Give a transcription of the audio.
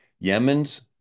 Yemen's